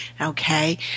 okay